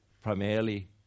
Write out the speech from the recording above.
primarily